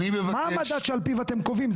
מה המדד שעל פיו אתם קובעים?